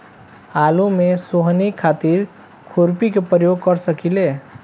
आलू में सोहनी खातिर खुरपी के प्रयोग कर सकीले?